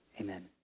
amen